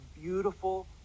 beautiful